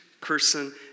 person